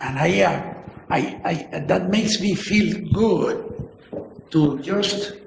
and yeah i that makes me feel good to just